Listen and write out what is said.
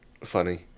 funny